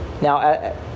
Now